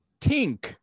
Tink